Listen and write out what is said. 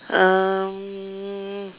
um